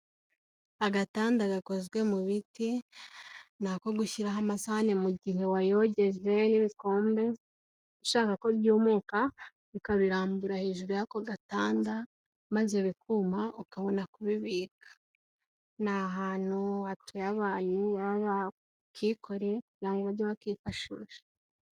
Agatanda gakozwe mu biti, ni ako gushyiraho amasahani mu gihe wayogeje nk'ibikombe, ushaka ko byumuka, ukabirambura hejuru y'ako gatanda, maze bikuma ukabona kubibika. Ni ahantu hatuye abanyu baba bakikoreye kugira ngo bajye bakifashisha.